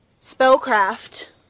Spellcraft